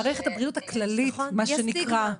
מערכת הבריאות הכללית מה שנקרא,